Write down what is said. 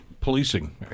policing